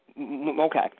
okay